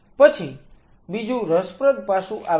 પછી બીજું રસપ્રદ પાસું આવે છે